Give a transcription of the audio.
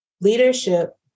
leadership